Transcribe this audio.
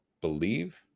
believe